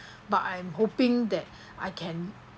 but I am hoping that I can